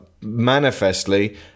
manifestly